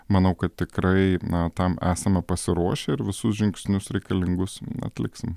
manau kad tikrai na tam esame pasiruošę ir visus žingsnius reikalingus atliksim